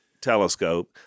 telescope